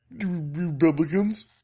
Republicans